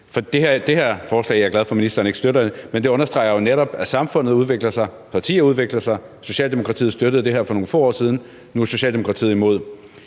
For det her forslag – og jeg er glad for, at ministeren ikke støtter det – understreger jo netop, at samfundet udvikler sig, og at partier udvikler sig. Socialdemokratiet støttede det her for nogle få år siden, men nu er Socialdemokratiet imod.